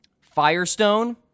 Firestone